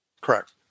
correct